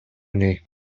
niej